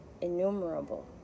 innumerable